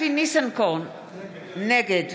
עובדות.